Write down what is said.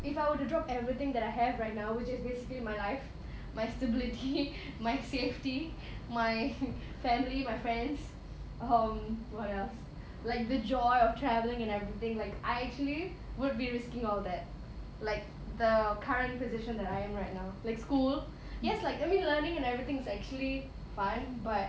if I were to drop everything that I have right now which is basically my life my stability my safety my family my friends um what else like the joy of travelling and everything like I actually would be risking all that like the current position that I am right now like school yes like I mean learning and everything is actually fun but